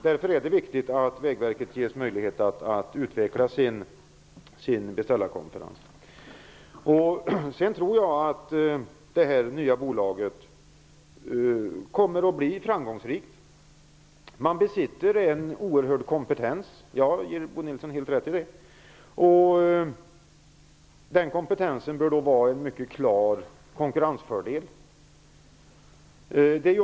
Därför är det viktigt att Vägverket ges möjlighet att utveckla sin beställarkompetens. Jag tror att det nya bolaget kommer att bli framgångsrikt. Bo Nilsson har helt rätt i att det kommer att besitta en oerhörd kompetens. Denna kompetens bör vara en mycket klar konkurrensfördel.